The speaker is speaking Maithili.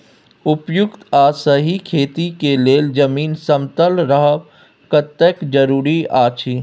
उपयुक्त आ सही खेती के लेल जमीन समतल रहब कतेक जरूरी अछि?